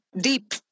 deep